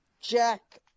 Jack